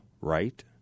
right